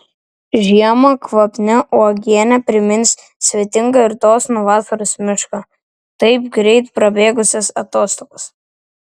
žiemą kvapni uogienė primins svetingą ir dosnų vasaros mišką taip greit prabėgusias atostogas